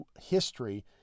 history